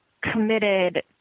committed